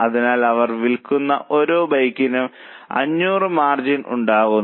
അതിനാൽ അവർ വിൽക്കുന്ന ഓരോ ബൈക്കിനും 500 മാർജിൻ ഉണ്ടാക്കുന്നു